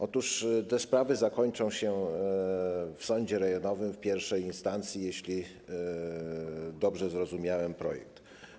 Otóż te sprawy zakończą się w sądzie rejonowym w pierwszej instancji, jeśli dobrze zrozumiałem projekt.